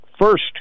first